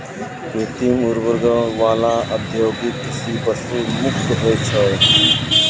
कृत्रिम उर्वरको वाला औद्योगिक कृषि पशु मुक्त होय छै